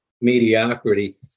mediocrity